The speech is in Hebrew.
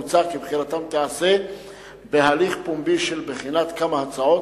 מוצע כי בחירתם תיעשה בהליך פומבי של בחינת כמה הצעות.